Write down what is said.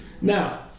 Now